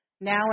now